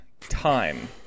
time